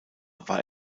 war